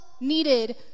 needed